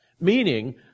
Meaning